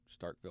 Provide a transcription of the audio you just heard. Starkville